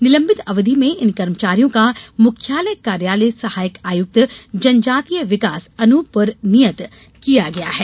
निलम्बित अवधि में इन कर्मचारियों का मुख्यालय कार्यालय सहायक आयुक्त जनजातीय विकास अनूपपुर नियत किया गया है